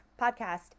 podcast